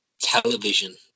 television